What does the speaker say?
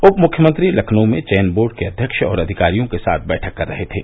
उप मुख्यमंत्री लखनऊ में चयन बोर्ड के अध्यक्ष और अधिकारियों के साथ बैठक कर रहे थे